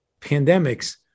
pandemics